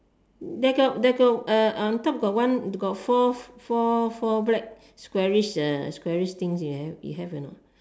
there got there got uh on top got one got four four four black squarish uh squarish things you have you have or not